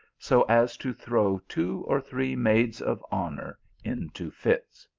so as to throw two or three maids of honour into fits.